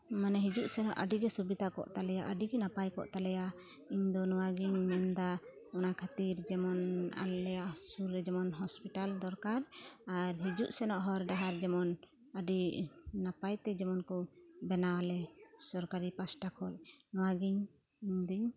ᱢᱟᱱᱮ ᱦᱤᱡᱩᱜ ᱥᱮᱱᱚᱜ ᱟᱹᱰᱤ ᱜᱮ ᱥᱩᱵᱤᱛᱟ ᱠᱚ ᱛᱟᱞᱮᱭᱟ ᱟᱹᱰᱤ ᱜᱮ ᱱᱟᱯᱟᱭ ᱠᱚᱜ ᱛᱟᱞᱮᱭᱟ ᱤᱧ ᱫᱚ ᱱᱚᱣᱟ ᱜᱮᱧ ᱢᱮᱱᱫᱟ ᱚᱱᱟᱠᱷᱟᱛᱤᱨ ᱡᱮᱢᱚᱱ ᱟᱞᱮᱭᱟᱜ ᱥᱩᱨ ᱨᱮ ᱡᱮᱢᱚᱱ ᱦᱚᱸᱥᱯᱤᱴᱟᱞ ᱫᱚᱨᱠᱟᱨ ᱟᱨ ᱦᱤᱡᱩᱜ ᱥᱮᱱᱚᱜ ᱦᱚᱨ ᱰᱟᱦᱟᱨ ᱡᱮᱢᱚᱱ ᱟᱹᱰᱤ ᱱᱟᱯᱟᱭᱛᱮ ᱡᱮᱢᱚᱱ ᱠᱚ ᱵᱮᱱᱟᱣᱟᱞᱮ ᱥᱚᱨᱠᱟᱨᱤ ᱯᱟᱦᱚᱴᱟ ᱠᱷᱚᱱ ᱱᱚᱣᱟ ᱜᱮᱧ ᱤᱧᱫᱚᱧ